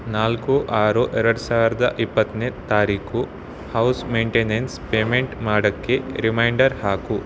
ನಾಲ್ಕು ಆರು ಎರಡು ಸಾವಿರದ ಇಪ್ಪತ್ತನೇ ತಾರೀಕು ಹೌಸ್ ಮೇಂಟೆನೆನ್ಸ್ ಪೇಮೆಂಟ್ ಮಾಡೋಕ್ಕೆ ರಿಮೈಂಡರ್ ಹಾಕು